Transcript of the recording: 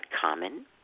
common